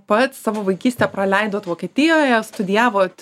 pats savo vaikystę praleidot vokietijoje studijavot